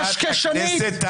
גזענית.